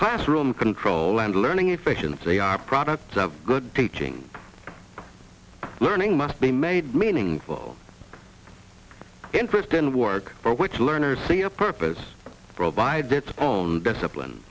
classroom control and learning efficiency are products of good teaching learning must be made meaningful interest in work for which learners see a purpose provides its own discipline